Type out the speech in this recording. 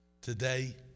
Today